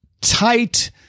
tight